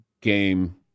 game